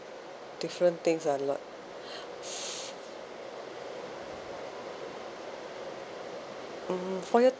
different things are a lot mmhmm for your